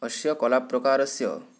अस्य कलाप्रकारस्य